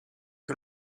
que